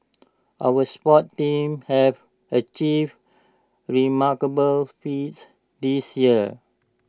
our sports teams have achieved remarkable feats this year